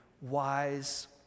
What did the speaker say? wise